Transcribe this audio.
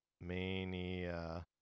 mania